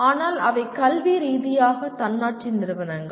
ஆனால் அவை கல்வி ரீதியாக தன்னாட்சி நிறுவனங்கள்